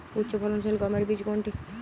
উচ্চফলনশীল গমের বীজ কোনটি?